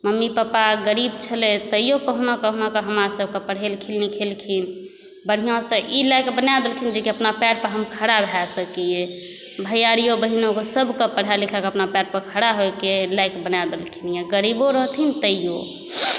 mummy papa गरीब छलथि तैयो कहुना कहुना अहाँ सभके पढ़ेलखिन लिखेलखिन बढ़िऑंसँ ई लायक बना देलखिन जे कि अपना पैर पर हमसभ खड़ा भए सकी भैयारिओ बहिनोके सभके पढ़ा लिखाकऽ अपना पैर पर खड़ा होए के लाएक बना देलखिन गरीबो रहथिन तइओ